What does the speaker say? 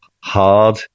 hard